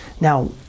Now